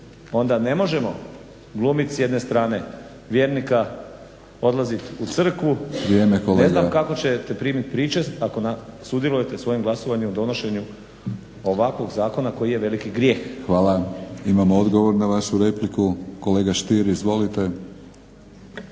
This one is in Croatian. onda ne možemo glumiti s jedne strane vjernika, odlazit u crkvu, ne znam kako ćete primiti pričest ako sudjelujete svojim glasovanjem donošenju ovakvog zakona koji je veliki grijeh. **Batinić, Milorad (HNS)** Hvala. Imamo odgovor na vašu repliku. Kolega Stier. Izvolite.